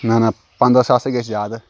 نَہ نَہ پَنٛداہ ساس ہے گژھِ زیادٕ